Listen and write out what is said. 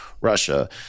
Russia